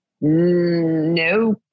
no